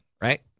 right